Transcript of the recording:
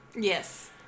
Yes